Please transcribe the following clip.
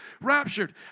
Raptured